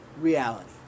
reality